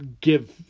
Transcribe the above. give